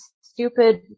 stupid